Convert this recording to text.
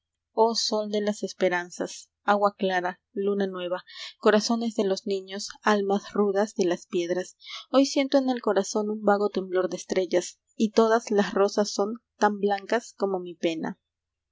oh sol de las esperanzas agua clara luna nueva corazones de los niños almas rudas de las piedras hoy siento en el corazón un vago temblor de estrellas y todas las rosas son tan blancas como mi pena